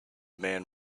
man